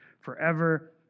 forever